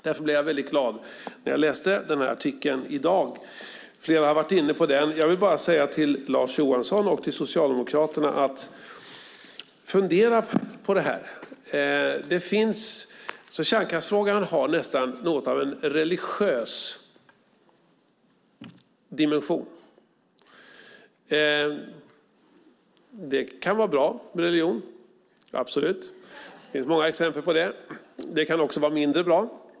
Därför blev jag väldigt glad när jag läste den här artikeln i dag - flera har varit inne på den. Jag vill bara säga till Lars Johansson och till Socialdemokraterna: Fundera på det här! Kärnkraftsfrågan har nästan något av en religiös dimension. Det kan vara bra med religion - absolut. Det finns många exempel på det. Det kan också vara mindre bra.